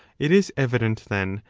it is evident, then,